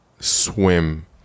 swim